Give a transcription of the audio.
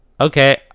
Okay